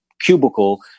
cubicle